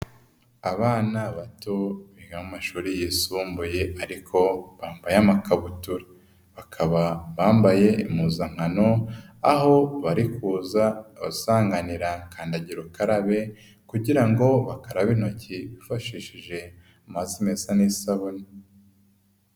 Abana bato biga mu mashuri yisumbuye ariko bambaye amakabutura, bakaba bambaye impuzankano, aho bari kuza abasanganira kandagirukarabe kugira ngo bakarabe intoki bifashishije amazi meza n'isabune.